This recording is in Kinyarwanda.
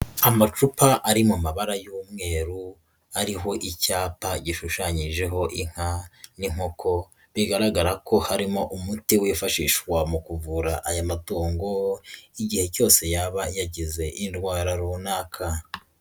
Amacupa ari mu mabara y'umweru, ariho icyapa gishushanyijeho inka n'inkoko, bigaragara ko harimo umuti wifashishwa mu kuvura aya matungo, igihe cyose yaba yagize indwara runaka.